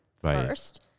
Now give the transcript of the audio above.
first